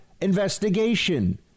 investigation